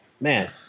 man